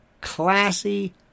classy